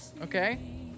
Okay